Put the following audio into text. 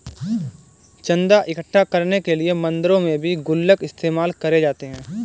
चन्दा इकट्ठा करने के लिए मंदिरों में भी गुल्लक इस्तेमाल करे जाते हैं